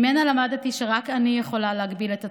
ממנה למדתי שרק אני יכולה להגביל את עצמי,